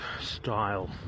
style